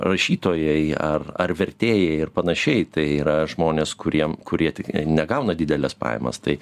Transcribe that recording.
rašytojai ar ar vertėjai ir panašiai tai yra žmonės kuriem kurie tik negauna dideles pajamas tai